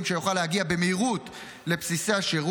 שיוכל להגיע במהירות לבסיסי השירות